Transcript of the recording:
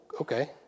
okay